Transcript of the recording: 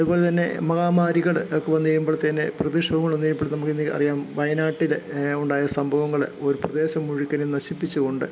അതുപോലെത്തന്നെ മഹാമാരികൾ ഒക്ക വന്ന് കഴിയുമ്പളത്തേന് പ്രകൃതിക്ഷോഭങ്ങൾ വന്ന് കഴിയുമ്പം നമുക്കിന്ന് അറിയാം വയനാട്ടിൽ ഉണ്ടായ സംഭവങ്ങൾ ഒരു പ്രദേശം മുഴുക്കനും നശിപ്പിച്ച് കൊണ്ട്